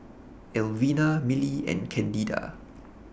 Elvina Millie and Candida